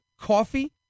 coffee